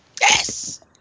Yes